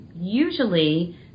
usually